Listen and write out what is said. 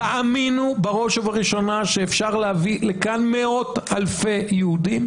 תאמינו בראש ובראשונה שאפשר להביא לכאן מאות אלפי יהודים,